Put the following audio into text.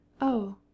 Oh